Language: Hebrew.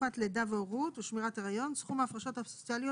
תקופת לידה והורות ושמירת היריון "סכום ההפרשות הסוציאליות